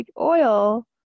oil